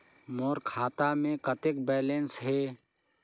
मोर खाता मे कतेक बैलेंस हे?